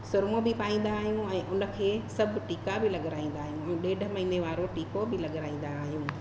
सुरिमो बि पाईंदा आहियूं ऐं उन खे सभु टीका बि लॻराईंदा आहियूं इहो ॾेढ महीने वारो टीको बि लॻराईंदा आहियूं